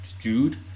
Jude